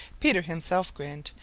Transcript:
peter himself grinned.